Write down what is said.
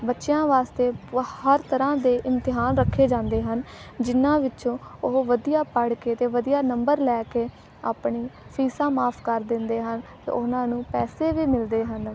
ਬੱਚਿਆਂ ਵਾਸਤੇ ਬਹੁਤ ਤਰ੍ਹਾਂ ਦੇ ਇਮਤਿਹਾਨ ਰੱਖੇ ਜਾਂਦੇ ਹਨ ਜਿਹਨਾਂ ਵਿੱਚੋਂ ਉਹ ਵਧੀਆ ਪੜ੍ਹ ਕੇ ਅਤੇ ਵਧੀਆ ਨੰਬਰ ਲੈ ਕੇ ਆਪਣੀ ਫੀਸਾਂ ਮਾਫ ਕਰ ਦਿੰਦੇ ਹਨ ਉਹਨਾਂ ਨੂੰ ਪੈਸੇ ਵੀ ਮਿਲਦੇ ਹਨ